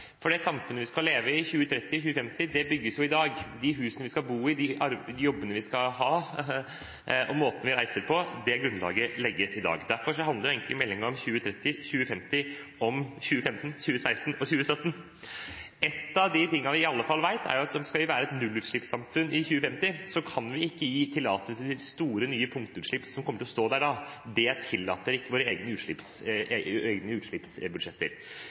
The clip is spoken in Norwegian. For det samfunnet vi skal leve i i 2030 og 2050, bygges i dag: De husene vi skal bo i, de jobbene vi skal ha, og måten vi reiser på – det grunnlaget legges i dag. Derfor handler egentlig meldingen om 2030 og 2050 om 2015, 2016 og 2017. En av de tingene vi i alle fall vet, er at skal vi være et nullutslippssamfunn i 2050, kan vi ikke gi tillatelse til store nye punktutslipp som kommer til å stå der da. Det tillater ikke våre egne